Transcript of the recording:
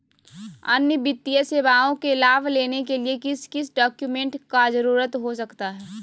अन्य वित्तीय सेवाओं के लाभ लेने के लिए किस किस डॉक्यूमेंट का जरूरत हो सकता है?